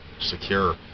secure